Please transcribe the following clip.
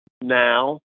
now